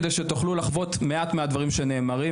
כדי שתוכלו לחוות מעט מהדברים שנאמרים,